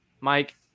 Mike